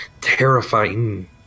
terrifying